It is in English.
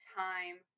time